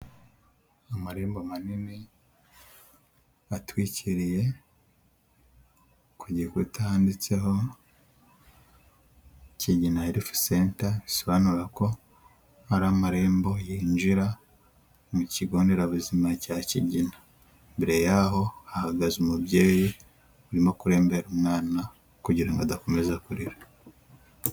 Amarembo manini atwikiriye, ku gikuta handitseho Kigina health center, bisobanura ko ari amarembo yinjira mu kigo nderabuzima cya Kigina. Imbere yaho hahagaze umubyeyi urimo kurembera umwana kugira ngo adakomeza kurira.